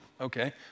Okay